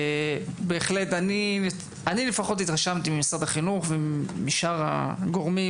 אני התרשמתי ממשרד החינוך ומשאר הגורמים